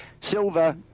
Silver